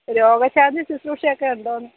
രോഗശാന്തി ശുശ്രൂഷയൊക്കെ ഉണ്ടോ എന്ന്